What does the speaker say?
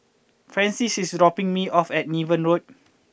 Francis is dropping me off at Niven Road